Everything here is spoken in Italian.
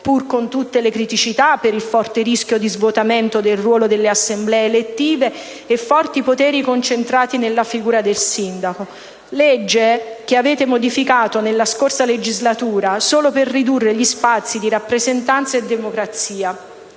pur con tutte le criticità per il forte rischio di svuotamento del ruolo delle assemblee elettive e forti poteri concentrati nella figura del sindaco. È una legge che avete modificato nella scorsa legislatura solo per ridurre gli spazi di rappresentanza e di democrazia.